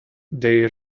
they